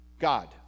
God